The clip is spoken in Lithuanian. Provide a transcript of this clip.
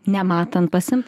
nematant pasiimti